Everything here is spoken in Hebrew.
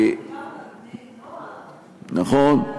אנחנו דיברנו גם עם בני-נוער, על האפליקציה,